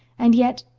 and yet,